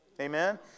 Amen